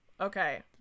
okay